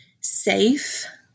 safe